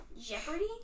Jeopardy